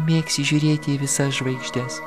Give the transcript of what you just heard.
mėgsi žiūrėti į visas žvaigždes